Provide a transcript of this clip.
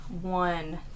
one